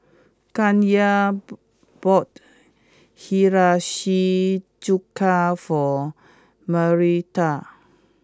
Kanye ball bought Hiyashi Chuka for Marietta